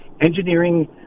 engineering